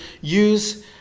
use